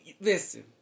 listen